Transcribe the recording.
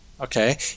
okay